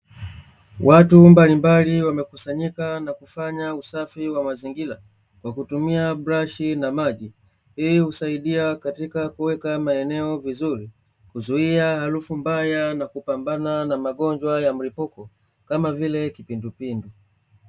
Watu mbalimbali wamekusanyika na kufanya usafi wa mazingira kwa kutumia brashi na maji hii husaidia katika kuweka maene vizuri, kuzuia harufu mbaya na kupambana na magonjwa ya mlipuko kama vile kipindupindu.